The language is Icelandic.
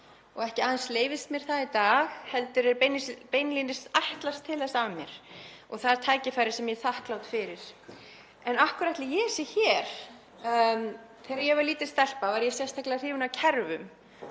og ekki aðeins leyfist mér það í dag heldur er beinlínis ætlast til þess af mér og það er tækifæri sem ég er þakklát fyrir. En af hverju ætli ég sé hér? Þegar ég var lítil stelpa var ég sérstaklega hrifin af kerfum